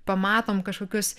pamatom kažkokius